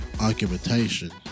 argumentation